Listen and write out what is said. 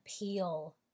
appeal